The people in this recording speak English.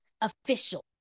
official